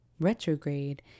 retrograde